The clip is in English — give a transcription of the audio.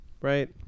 right